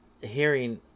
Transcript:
hearing